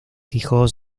hijos